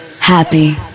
happy